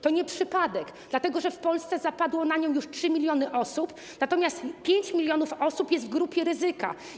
To nie przypadek, dlatego że w Polsce zapadło na nią już 3 mln osób, natomiast 5 mln osób jest grupie ryzyka.